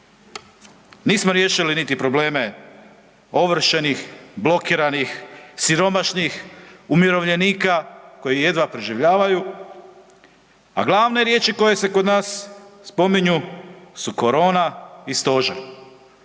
Nismo riješili niti probleme ovršenih, blokiranih, siromašnih, umirovljenika koji jedna preživljavaju, a glave riječi koje se kod nas spominju su korona i stožer.